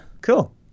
cool